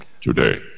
today